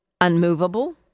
unmovable